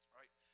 right